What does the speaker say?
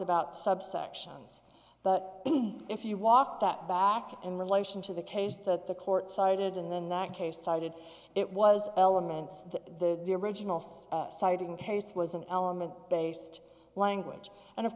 about subsections but if you walk that back in relation to the case that the court cited in that case cited it was elements to the original so citing case was an element based language and of